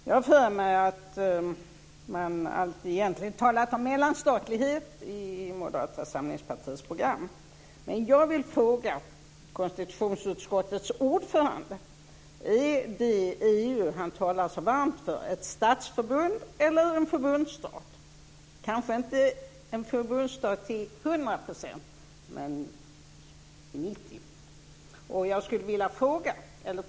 Jag har för mig att man alltid har talat om mellanstatlighet i Moderata samlinspartiets program, men jag vill fråga konstitutionsutskottets ordförande om det EU som han talar så varmt för är ett statsförbund eller en förbundsstat, kanske inte en förbundsstat till 100 % men till 90 %.